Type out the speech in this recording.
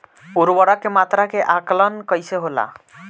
उर्वरक के मात्रा के आंकलन कईसे होला?